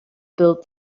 build